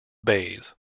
bays